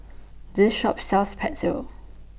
This Shop sells Pretzel